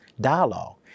dialogue